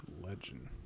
Legend